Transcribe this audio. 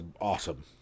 awesome